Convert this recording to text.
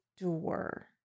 door